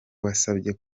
wasabye